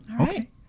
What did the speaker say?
Okay